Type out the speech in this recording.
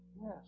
Yes